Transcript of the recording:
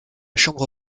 chambre